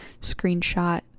screenshot